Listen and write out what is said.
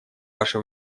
ваше